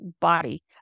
body